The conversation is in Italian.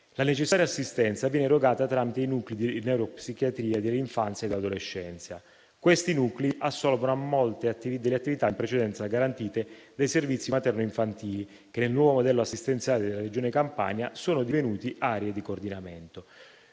La necessaria assistenza viene erogata tramite i nuclei di neuropsichiatria dell'infanzia e dell'adolescenza (NNPIA), che assolvono a molte delle attività in precedenza garantite dai servizi materno-infantili, che nel nuovo modello assistenziale della Regione Campania sono divenuti aree di coordinamento.